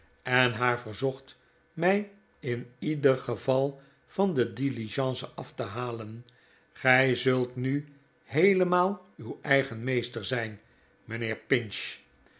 en haar yerzocht mij in ieder geval van de diligence af te halen gij zult nu heelemaal uw eigen meester zijn mijnheer pinch